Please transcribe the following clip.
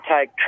take